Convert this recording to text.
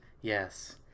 Yes